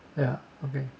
ya okay